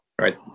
right